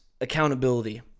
accountability